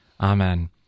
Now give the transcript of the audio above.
Amen